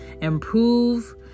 Improve